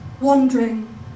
wandering